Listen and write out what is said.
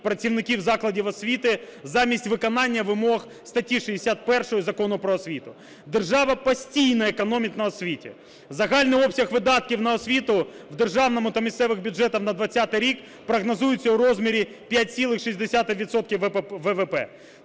працівників закладів освіти замість виконання вимог статті 61 Закону "Про освіту". Держава постійно економить на освіті. Загальний обсяг видатків на освіту в державному та місцевих бюджетах на 20-й рік прогнозується у розмірі 5,6